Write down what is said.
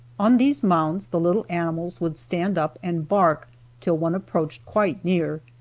on these mounds the little animals would stand up and bark till one approached quite near,